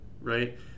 right